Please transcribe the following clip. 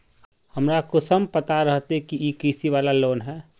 हमरा कुंसम पता रहते की इ कृषि वाला लोन है?